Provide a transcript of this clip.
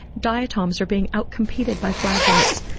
diatoms are being out-competed by flagellates.